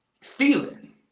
Feeling